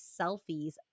selfies